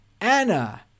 Anna